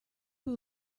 who